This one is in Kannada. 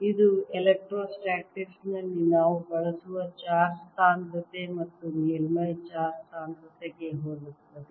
ಇದು ಎಲೆಕ್ಟ್ರೋಸ್ಟಾಟಿಕ್ಸ್ ನಲ್ಲಿ ನಾವು ಬಳಸುವ ಚಾರ್ಜ್ ಸಾಂದ್ರತೆ ಮತ್ತು ಮೇಲ್ಮೈ ಚಾರ್ಜ್ ಸಾಂದ್ರತೆಗೆ ಹೋಲುತ್ತದೆ